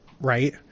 right